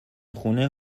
خونه